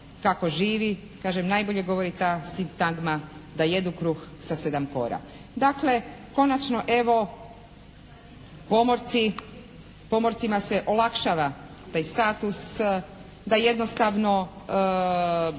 kako živi kažem najbolje govori ta sintagma da jedu kruh sa sedam kora. Dakle, konačno evo pomorci, pomorcima se olakšava taj status da jednostavno